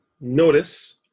notice